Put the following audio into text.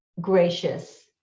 gracious